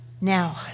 Now